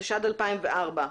התשס"ד-2004,